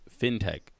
fintech